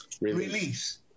Release